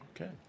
Okay